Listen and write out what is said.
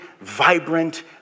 vibrant